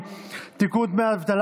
עלתה בשנה שעברה בהסכמה